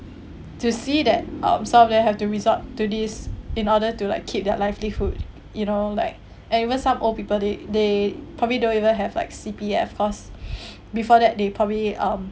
to see that um some of them have to result to this in order to like keep their livelihood you know like and even some old people they they probably don't even have like C_P_F cause before that they probably um